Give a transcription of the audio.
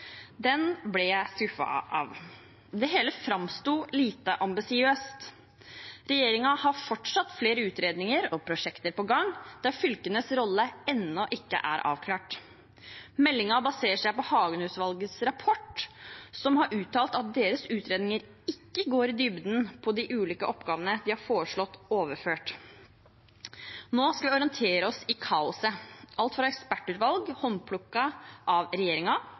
Den ble jeg skuffet av. Det hele framsto lite ambisiøst. Regjeringen har fortsatt flere utredninger og prosjekter på gang der fylkenes rolle ennå ikke er avklart. Meldingen baserer seg på rapporten fra Hagen-utvalget, som har uttalt at deres utredninger ikke går i dybden på de ulike oppgavene de har foreslått overført. Nå skal vi orientere oss i kaoset – alt fra ekspertutvalg håndplukket av